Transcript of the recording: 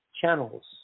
channels